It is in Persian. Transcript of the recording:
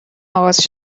آغاز